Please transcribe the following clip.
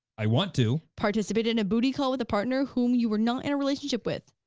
i want to. participate in a booty call with a partner whom you were not in a relationship with.